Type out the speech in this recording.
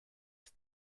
ist